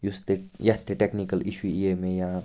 یُس تہِ یَتھ تہِ ٹیٚکنِکَل اِشوٗ یِیے مےٚ یا